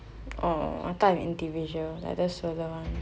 orh I thought 你 individual like the solo one